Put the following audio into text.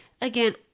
Again